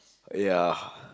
ya